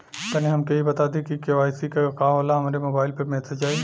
तनि हमके इ बता दीं की के.वाइ.सी का होला हमरे मोबाइल पर मैसेज आई?